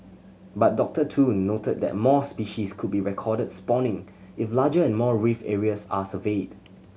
but Doctor Tun noted that more species could be recorded spawning if larger and more reef areas are surveyed